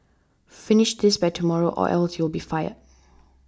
finish this by tomorrow or else you'll be fired